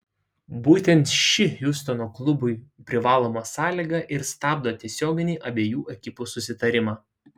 būtent ši hjustono klubui privaloma sąlyga ir stabdo tiesioginį abiejų ekipų susitarimą